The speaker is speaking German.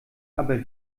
aber